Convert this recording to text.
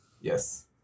Yes